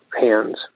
hands